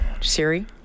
Siri